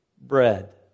Bread